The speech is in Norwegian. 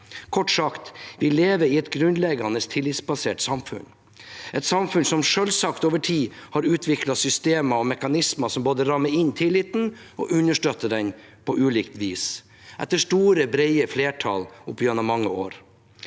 Kort sagt: Vi lever i et grunnleggende tillitsbasert samfunn, et samfunn som selvsagt over tid har utviklet systemer og mekanismer som både rammer inn tilliten og understøtter den på ulikt vis, etter store, brede flertall gjennom mange år.